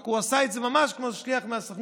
רק שהוא עשה את זה ממש כמו שליח מהסוכנות,